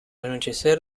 anochecer